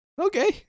Okay